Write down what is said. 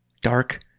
Dark